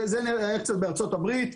זה היה בארצות הברית,